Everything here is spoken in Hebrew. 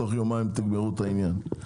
תוך יומיים תגמרו את העניין.